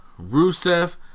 Rusev